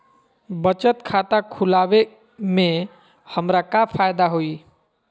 बचत खाता खुला वे में हमरा का फायदा हुई?